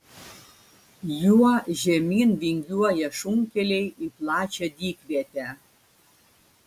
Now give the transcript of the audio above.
juo žemyn vingiuoja šunkeliai į plačią dykvietę